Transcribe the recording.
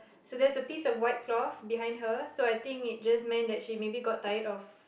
so there's a piece of white clothe behind her so it just meant that she maybe got tired of